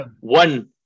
one